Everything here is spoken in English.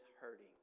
hurting